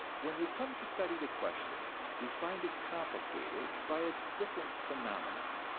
when we come to study the question we find it complicated by a different phenomenon,